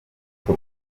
muto